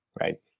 right